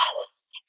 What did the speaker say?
Yes